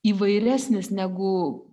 įvairesnis negu